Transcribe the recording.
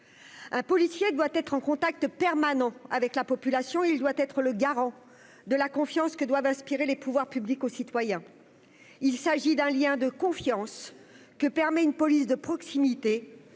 un policier doit être en contact permanent avec la population, il doit être le garant de la confiance que doivent inspirer les pouvoirs publics, aux citoyens, il s'agit d'un lien de confiance que permet une police de proximité,